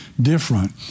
different